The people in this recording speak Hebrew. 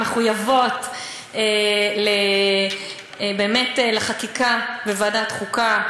מחויבות באמת לחקיקה בוועדת החוקה,